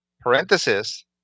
parenthesis